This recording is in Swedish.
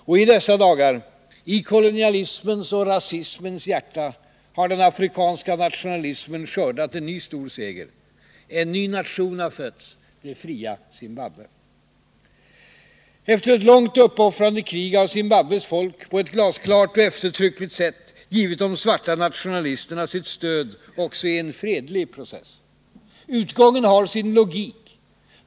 Och i dessa dagar, i kolonialismens och rasismens hjärta, har den afrikanska nationalismen skördat en ny stor seger: en ny nation har fötts — det fria Zimbabwe. Efter ett långt och uppoffrande krig har Zimbabwes folk på ett glasklart och eftertryckligt sätt givit de svarta nationalisterna sitt stöd också i en fredlig process. Utgången har sin logik.